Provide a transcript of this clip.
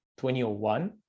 2001